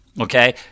okay